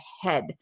head